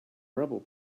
rebel